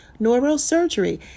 neurosurgery